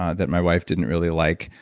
ah that my wife didn't really like,